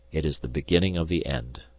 it is the beginning of the end!